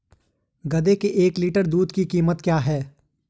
गधे के एक लीटर दूध की कीमत क्या है?